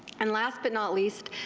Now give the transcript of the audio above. and last but not least,